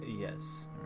yes